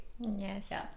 Yes